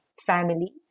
family